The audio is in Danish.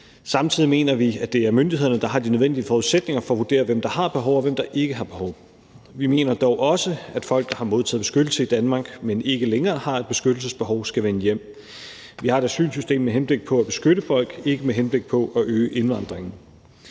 Samtidig mener vi, at det er myndighederne, der har de nødvendige forudsætninger for at vurdere, hvem der har behov, og hvem der ikke har behov. Vi mener dog også, at folk, der har modtaget beskyttelse i Danmark, men ikke længere har et beskyttelsesbehov, skal vende hjem. Vi har et asylsystem med henblik på at beskytte folk, ikke med henblik på at øge indvandringen.